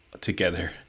together